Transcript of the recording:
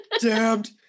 Damned